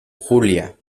julia